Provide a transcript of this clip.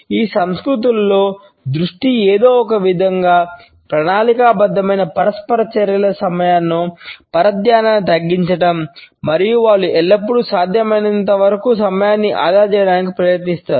ఈ సంస్కృతులలో దృష్టి ఏదో ఒకవిధంగా ప్రణాళికాబద్ధమైన పరస్పర చర్యల సమయంలో పరధ్యానాన్ని తగ్గించడం మరియు వారు ఎల్లప్పుడూ సాధ్యమైనంతవరకు సమయాన్ని ఆదా చేయడానికి ప్రయత్నిస్తారు